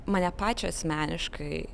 mane pačią asmeniškai